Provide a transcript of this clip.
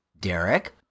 Derek